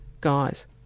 guys